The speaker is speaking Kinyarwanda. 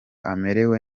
amerewe